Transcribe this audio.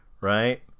right